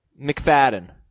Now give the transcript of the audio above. McFadden